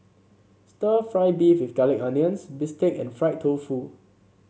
stir fry beef with curry onions bistake and Fried Tofu